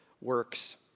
Works